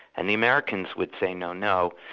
and the americans would say no, no,